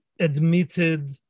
admitted